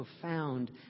profound